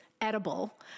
edible